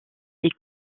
est